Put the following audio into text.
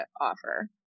offer